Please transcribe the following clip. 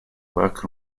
work